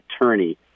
attorney